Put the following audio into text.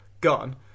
gone